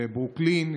בברוקלין,